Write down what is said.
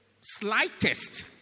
Slightest